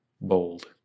Bold